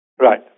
Right